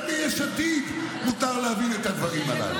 גם ביש עתיד מותר להבין את הדברים הללו,